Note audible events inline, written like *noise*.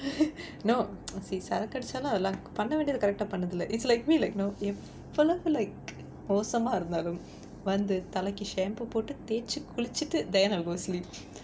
*laughs* no *noise* see சரக்கடிச்சாலும் அதலாம் பண்ண வேண்டியது:sarakkadichaalum athalaam panna vendiyathu correct ah பண்ணுதில:pannuthila it's like me like know எவ்வளவு:evvalavu like மோசமா இருந்தாலும் வந்து தலைக்கு:mosamaa irunthaalum vanthu thalaikku shampoo போட்டு தேச்சி குளிச்சிட்டு:pottu thechi kulichittu then I go sleep